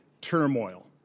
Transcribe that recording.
Turmoil